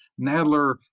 Nadler